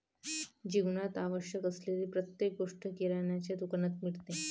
जीवनात आवश्यक असलेली प्रत्येक गोष्ट किराण्याच्या दुकानात मिळते